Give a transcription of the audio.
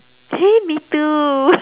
hey me too